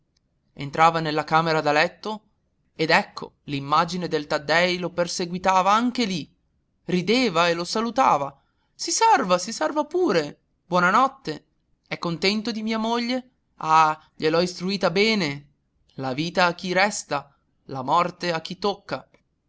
entrava nella camera da letto ed ecco l'immagine del taddei lo perseguitava anche lì rideva e lo salutava si serva si serva pure buona notte è contento di mia moglie ah gliel'ho istruita bene la vita a chi resta la morte a chi tocca